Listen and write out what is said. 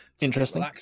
Interesting